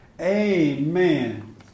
Amen